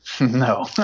No